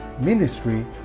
ministry